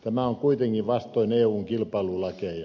tämä on kuitenkin vastoin eun kilpailulakeja